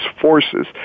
forces